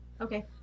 Okay